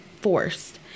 forced